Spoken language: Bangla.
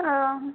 ও